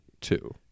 two